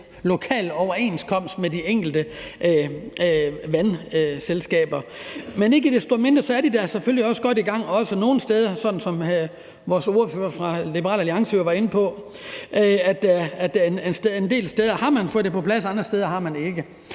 lokal overenskomst med de enkelte vandselskaber. Ikke desto mindre er de selvfølgelig også godt i gang nogle steder. Som ordføreren fra Liberal Alliance var inde på, har man en del steder fået det på plads, og andre steder har man ikke.